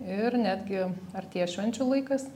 ir netgi artėja švenčių laikas